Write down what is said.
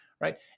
right